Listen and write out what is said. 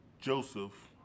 Joseph